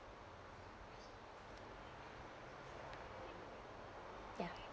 yeah